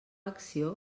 acció